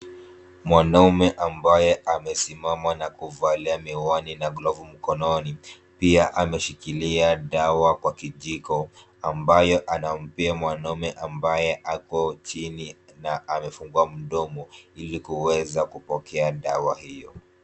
Mwanamume ambaye anasiamam na kuvalia miwani na glovi mikononi, pia ameshikilia dawa kwa kijiko ambayo anampea mwanmume ambaye ako chini na amefungua mdomo ili kuweza kupokea dawa hio.